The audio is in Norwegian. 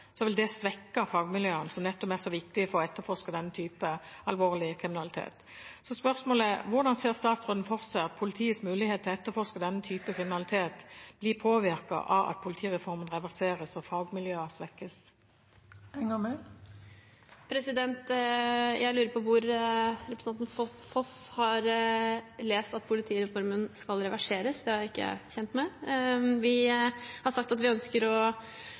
vil det svekke fagmiljøene som nettopp er så viktige for å etterforske denne type alvorlig kriminalitet. Spørsmålet er: Hvordan ser statsråden for seg at politiets mulighet til å etterforske denne type kriminalitet blir påvirket av at politireformen reverseres og fagmiljøer svekkes? Jeg lurer på hvor representanten Foss har lest at politireformen skal reverseres. Det er ikke jeg kjent med. Vi har sagt at vi ønsker å